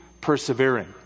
persevering